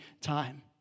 time